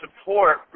support